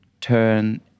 turn